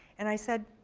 and i said,